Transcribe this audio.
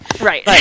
Right